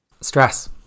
Stress